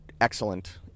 excellent